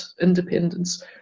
independence